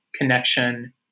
connection